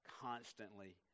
constantly